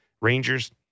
Rangers